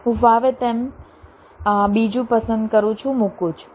હું ફાવે તેમ બીજું પસંદ કરું છું મૂકું છું